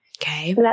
Okay